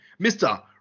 mr